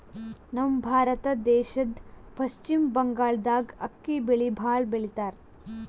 ನಮ್ ಭಾರತ ದೇಶದ್ದ್ ಪಶ್ಚಿಮ್ ಬಂಗಾಳ್ದಾಗ್ ಅಕ್ಕಿ ಬೆಳಿ ಭಾಳ್ ಬೆಳಿತಾರ್